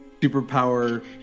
superpower